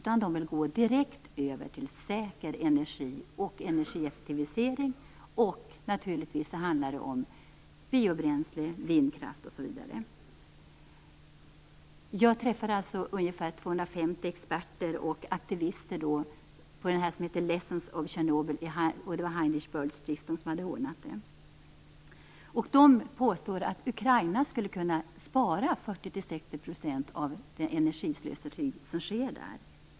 Man vill gå direkt över till säker energi och energieffektivisering, och naturligtvis handlar det om biobränsle, vindkraft osv. Jag träffade ungefär 250 experter och aktivister i samband med Lessons of Chernobyl - det var Heinrich Böll-stiftelsen som hade ordnat det - och de påstår att Ukraina skulle kunna spara 40-60 % av det energislöseri som sker där.